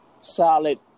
Solid